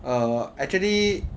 err actually